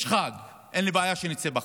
יש חג, אין לי בעיה שנצא בחג,